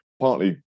partly